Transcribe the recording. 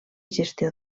gestió